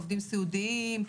עובדים סיעודיים,